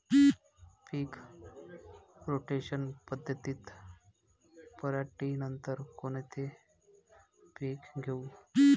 पीक rotation पद्धतीत पराटीनंतर कोनचे पीक घेऊ?